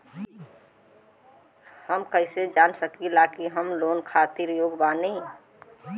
हम कईसे जान सकिला कि हम लोन खातिर योग्य बानी?